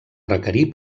requerir